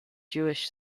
jewish